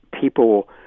people